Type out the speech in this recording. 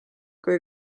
kui